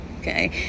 okay